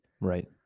Right